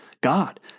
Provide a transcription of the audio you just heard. God